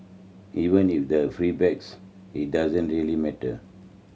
even if there's feedback it doesn't really matter